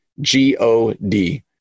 G-O-D